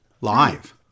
Live